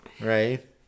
Right